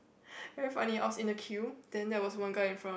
very funny I was in the queue then there was one guy in front of